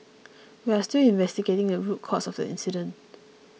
we are still investigating the root cause of the incident